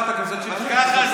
אבל ככה זה